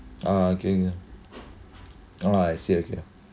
ah okay yeah ah I see okay